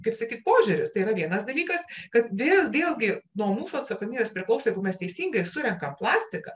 kaip sakyt požiūris tai yra vienas dalykas kad vėl vėlgi nuo mūsų atsakomybės priklauso jeigu mes teisingai surenkam plastiką